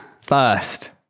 First